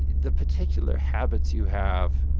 the particular habits you have,